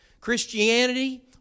Christianity